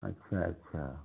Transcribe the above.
अच्छा अच्छा